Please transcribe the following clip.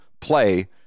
play